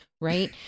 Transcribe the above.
right